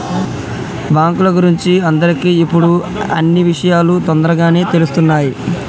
బాంకుల గురించి అందరికి ఇప్పుడు అన్నీ ఇషయాలు తోందరగానే తెలుస్తున్నాయి